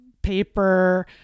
paper